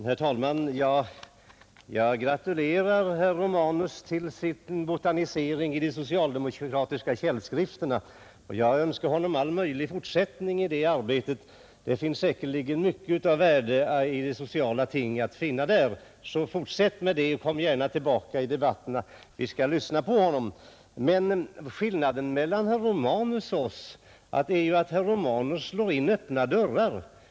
Herr talman! Jag gratulerar herr Romanus till hans botaniserande i de socialdemokratiska källskrifterna, och jag önskar honom all framgång i fortsättningen i det arbetet. Där finns säkerligen mycket av värde att finna i sociala frågor. Fortsätt alltså gärna med det, och kom tillbaka i debatterna! Vi skall lyssna på herr Romanus. Men skillnaden mellan herr Romanus och oss är ju att herr Romanus slår in öppna dörrar.